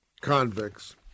convicts